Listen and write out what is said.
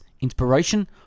inspiration